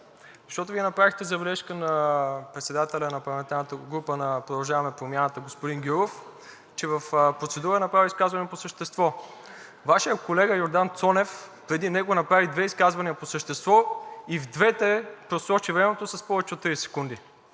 защото Вие направихте забележка на председателя на парламентарната група на „Продължаваме Промяната“ господин Гюров, че в процедура е направил изказване по същество. Вашият колега Йордан Цонев преди него направи две изказвания по същество, и в двете просрочи времето с повече от 30 секунди.